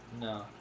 No